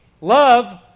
Love